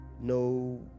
no